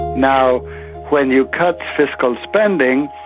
now when you cut fiscal spending,